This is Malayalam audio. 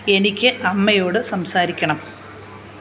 എനിക്ക് അമ്മയോട് സംസാരിക്കണം